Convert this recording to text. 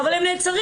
אבל הם נעצרים.